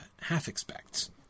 half-expects